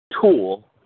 tool